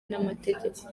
n’amategeko